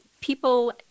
people